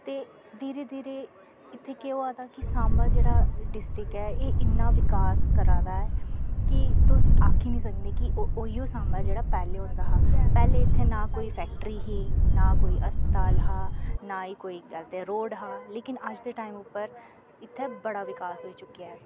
ते धीरे धीरे इत्थे केह् होआ दा कि सांबा जेह्ड़ा टिस्टिक ऐ एह् इन्ना विकास करा दा ऐ कि तुस आक्खी निं सकने कि ओहियो सांबा ऐ जेह्ड़ा पैह्लें होंदे हा पैह्लें इत्थें ना कोई फैक्ट्री ही ना कोई हस्पताल हा ना ही कोई गल्ल ते रोड़ हा लेकिन अज दे टाईम उप्पर इत्थे बड़ा विकास होई चुक्केआ ऐ